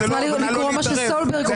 את יכולה לקרוא את מה שסולברג אומר,